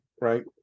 right